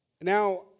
Now